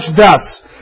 thus